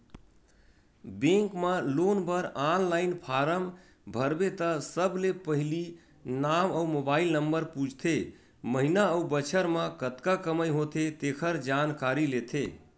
bank म loan बर online form भरबे त सबले पहिली नांव अउ मोबाईल नंबर पूछथे, महिना अउ बछर म कतका कमई होथे तेखर जानकारी लेथे